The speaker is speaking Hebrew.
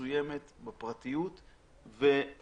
מסוימת בפרטיות של